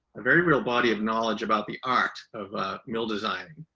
a very real body of knowledge about the art of a mill design,